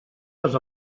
les